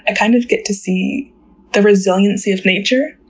ah kind of get to see the resiliency of nature.